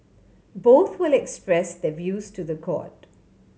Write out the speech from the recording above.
both will express their views to the court